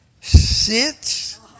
sits